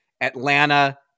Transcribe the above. Atlanta